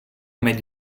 made